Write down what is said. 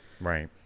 Right